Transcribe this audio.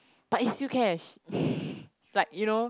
but it's still cash like you know